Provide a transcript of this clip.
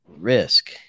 risk